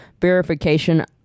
verification